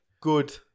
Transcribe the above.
Good